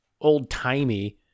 old-timey